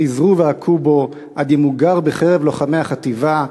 חזרו והכו בו עד ימוגר בחרב לוחמי החטיבה,